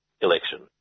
election